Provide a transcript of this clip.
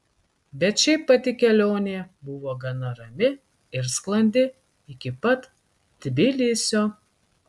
bet šiaip pati kelionė buvo gana rami ir sklandi iki pat tbilisio